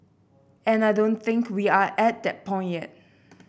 and I don't think we are at that point yet